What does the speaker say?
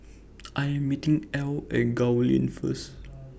I Am meeting Ell At Gul Lane First